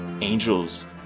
angels